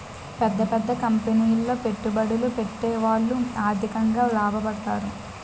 పెద్ద పెద్ద కంపెనీలో పెట్టుబడులు పెట్టేవాళ్లు ఆర్థికంగా లాభపడతారు